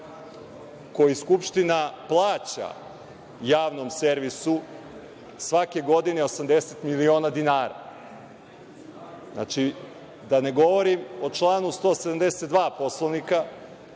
koji skupština plaća javnom servisu svake godine 80 miliona dinara? Da ne govorim o članu 172. Poslovnika